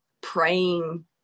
praying